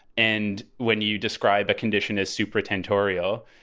and when you describe a condition as supertentorial,